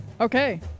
Okay